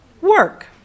work